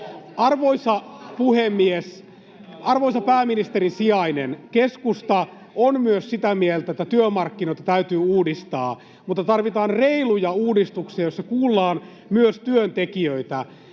Arvoisa puhemies! Arvoisa pääministerin sijainen! Keskusta on myös sitä mieltä, että työmarkkinoita täytyy uudistaa, mutta tarvitaan reiluja uudistuksia, joissa kuullaan myös työntekijöitä.